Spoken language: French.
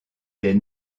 des